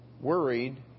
worried